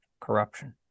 corruption